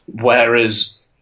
Whereas